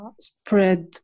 spread